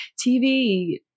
TV